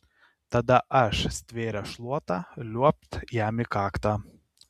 tada aš stvėręs šluotą liuobt jam į kaktą